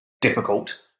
difficult